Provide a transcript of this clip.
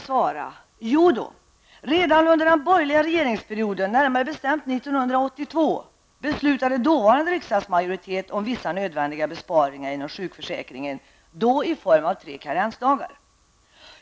Jo, redan under den borgerliga regeringsperioden, närmare bestämt 1982, beslutade dåvarande riksdagsmajoritet om vissa nödvändiga besparingar i form av tre karensdagar inom sjukförsäkringen.